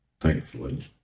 Thankfully